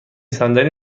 صندلی